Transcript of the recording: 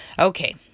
Okay